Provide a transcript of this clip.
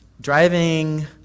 driving